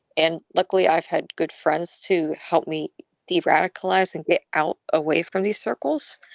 and luckily, i've had good friends to help me de-radicalize and get out away from these circles.